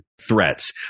threats